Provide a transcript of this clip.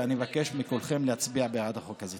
ואני מבקש מכולכם להצביע בעד החוק הזה.